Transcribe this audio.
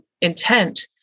intent